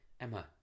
Emma